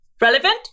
relevant